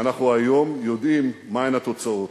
ואנחנו היום יודעים מהן התוצאות.